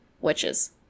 witches